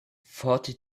forty